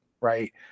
right